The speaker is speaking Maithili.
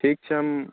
ठीक छी हम